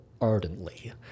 ardently